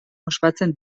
ospatzen